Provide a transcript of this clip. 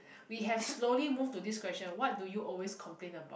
we have slowly move to this question what do you always complain about